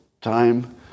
time